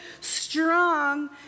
strong